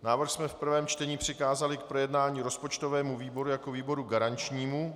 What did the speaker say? Návrh jsme v prvém čtení přikázali k projednání rozpočtovému výboru jako výboru garančnímu.